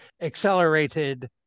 accelerated